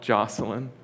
Jocelyn